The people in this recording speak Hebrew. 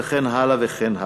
וכן הלאה וכן הלאה,